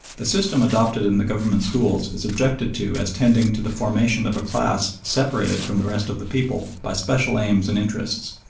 the system adopted in the government schools is objected to as tending to the formation of a class separated from the rest of the people by special aims and interests,